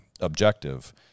objective